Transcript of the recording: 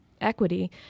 equity